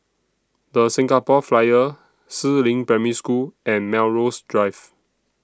The Singapore Flyer Si Ling Primary School and Melrose Drive